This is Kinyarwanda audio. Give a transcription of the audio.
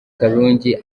karungi